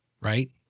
Right